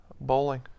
bowling